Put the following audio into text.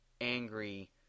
angry